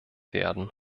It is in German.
werden